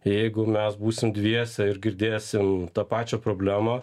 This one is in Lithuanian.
jeigu mes būsim dviese ir girdėsim tą pačią problemą